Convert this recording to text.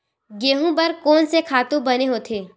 गेहूं बर कोन से खातु बने होथे?